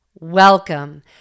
Welcome